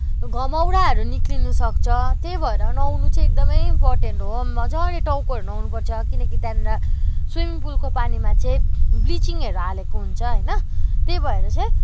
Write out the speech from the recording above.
घमौराहरू निक्लिन सक्छ त्यही भएर नुहाउनु चाहिँ एकदमै इम्पोर्टेन्ट हो मजाले टाउकोहरू नुहाउनु पर्छ किनकि त्यहाँनिर स्विमिङ पुलको पानीमा चाहिँ ब्लिचिङहरू हालेको हुन्छ होइन त्यही भएर चाहिँ